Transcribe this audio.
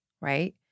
right